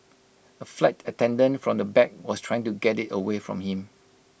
A flight attendant from the back was trying to get IT away from him